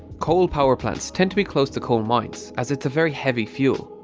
coal power plants tend to be close to coal mines as its a very heavy fuel,